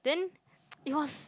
then it was